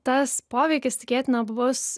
tas poveikis tikėtina bus